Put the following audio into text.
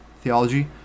theology